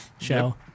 show